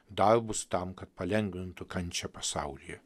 darbus tam kad palengvintų kančią pasaulyje